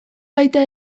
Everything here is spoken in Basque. baita